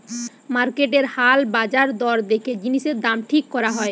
মার্কেটের হাল বাজার দর দেখে জিনিসের দাম ঠিক করা হয়